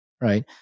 right